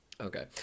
Okay